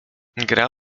gra